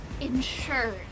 Ensure